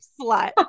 slut